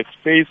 space